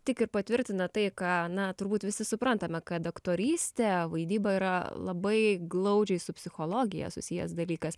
tik ir patvirtina tai ką na turbūt visi suprantame kad aktorystė vaidyba yra labai glaudžiai su psichologija susijęs dalykas